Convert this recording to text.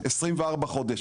24 חודש.